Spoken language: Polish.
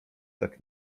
tak